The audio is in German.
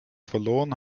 verloren